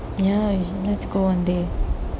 ya let's go one day